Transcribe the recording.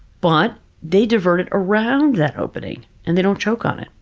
but they divert it around that opening and they don't choke on it.